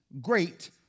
great